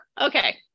Okay